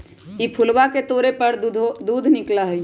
ई फूलवा के तोड़े पर दूध निकला हई